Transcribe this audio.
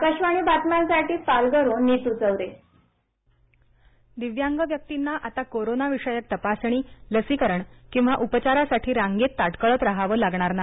आकाशवाणी बातम्यांसाठी पालघरहून नीतू चावरे दिव्यांग दिव्यांग व्यक्तींना आता कोरोनाविषयक तपासणीलसीकरण किंवा उपचारासाठी रांगेत ताटकळत रहावं लागणार नाही